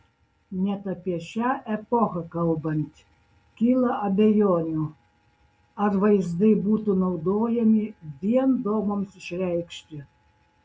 net apie šią epochą kalbant kyla abejonių ar vaizdai būtų naudojami vien dogmoms išreikšti